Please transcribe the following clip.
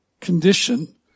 condition